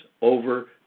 over